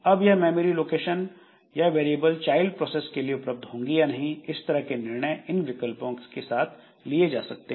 अब यह memory location या वेरिएबल चाइल्ड प्रोसेस के लिए उपलब्ध होंगी या नहीं इस तरह के निर्णय इन विकल्पों से लिए जा सकते हैं